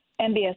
MBS